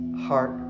heart